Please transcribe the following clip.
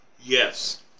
Yes